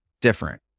different